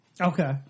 okay